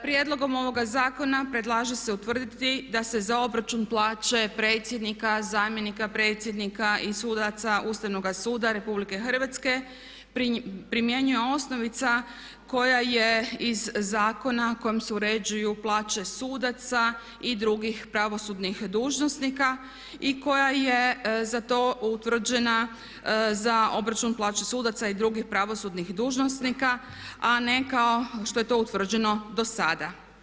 Prijedlogom ovoga zakona predlaže se utvrditi da se za obračun plaće predsjednika, zamjenika predsjednika i sudaca Ustavnoga suda RH primjenjuje osnovica koja je iz zakona kojim se uređuju plaće sudaca i drugih pravosudnih dužnosnika i koja je za to utvrđena za obračun plaća sudaca i drugih pravosudnih dužnosnika a ne kao što je to utvrđeno do sada.